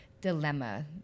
dilemma